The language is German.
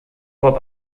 hop